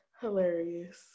hilarious